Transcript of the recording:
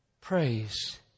praise